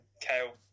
Kale